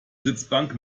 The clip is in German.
sitzbank